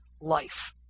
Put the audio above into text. life